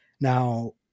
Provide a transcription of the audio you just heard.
now